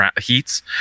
heats